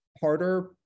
harder